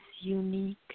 unique